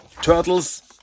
Turtles